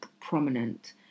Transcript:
prominent